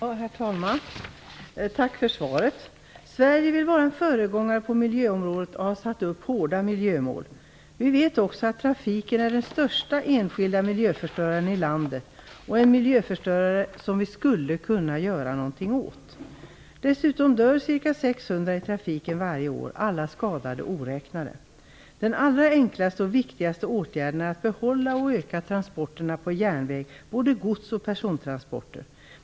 Herr talman! Tack för svaret! Sverige vill vara en föregångare på miljöområdet och har satt upp hårda miljömål. Trafiken är den största enskilda miljöförstöraren i landet - en miljöförstörare som vi skulle kunna göra något åt. Dessutom dör ca 600 personer i trafiken varje år, alla skadade oräknade. Den allra enklaste och viktigaste åtgärden är att behålla och även öka transporterna på järnväg. Det gäller då både gods och persontransporter.